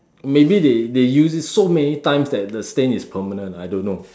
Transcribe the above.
maybe they they use it so many times that the stain is permanent I don't know